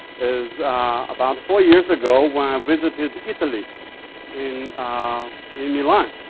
is about four years ago when i ah visited italy in in milan,